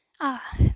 Ah